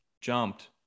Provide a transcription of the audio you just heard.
jumped